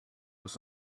was